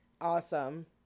awesome